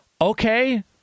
Okay